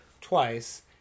twice